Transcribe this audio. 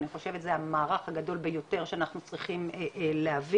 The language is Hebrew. אני חושבת שזה המערך הגדול ביותר שאנחנו צריכים להבין.